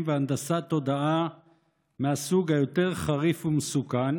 והנדסת תודעה מהסוג היותר-חריף ומסוכן,